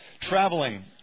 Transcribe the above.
traveling